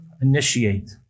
initiate